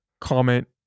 comment